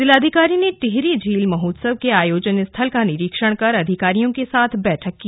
जिलाधिकारी ने टिहरी झील महोत्सव के आयोजन स्थल का निरीक्षण कर अधिकारियों के साथ बैठक की